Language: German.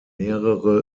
mehrere